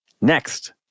next